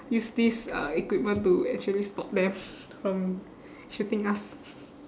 use this uh equipment to actually stop them from shooting us